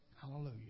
Hallelujah